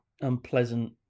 unpleasant